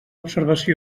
observació